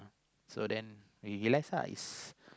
so then we we realise lah it's